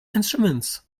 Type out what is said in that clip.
instruments